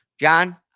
John